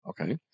Okay